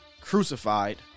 crucified